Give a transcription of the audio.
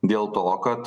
dėl to kad